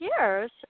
years